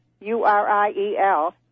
U-R-I-E-L